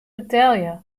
betelje